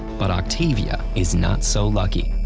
but octavia is not so lucky.